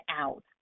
out